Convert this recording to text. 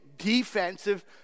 defensive